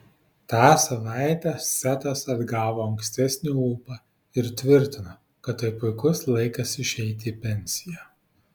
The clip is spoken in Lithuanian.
tą savaitę setas atgavo ankstesnį ūpą ir tvirtino kad tai puikus laikas išeiti į pensiją